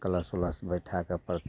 कलश तलाश बैठा कऽ ओइपर